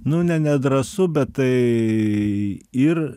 nu ne nedrąsu bet tai ir